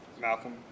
Malcolm